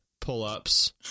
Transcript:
pull-ups